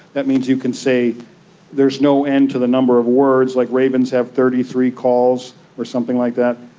that means you can say there's no end to the number of words, like ravens have thirty three calls or something like that,